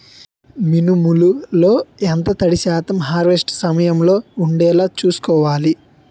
మినుములు లో ఎంత తడి శాతం హార్వెస్ట్ సమయంలో వుండేలా చుస్కోవాలి?